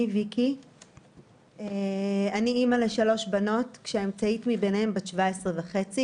אני אימא לשלוש בנות, שהאמצעית מביניהן בת 17 וחצי